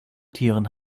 tieren